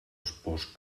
espòs